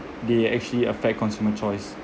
they actually affect consumer choice